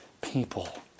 people